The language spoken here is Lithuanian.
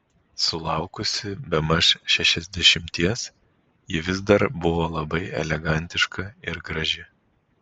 sulaukusi bemaž šešiasdešimties ji vis dar buvo labai elegantiška ir graži